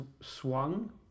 swung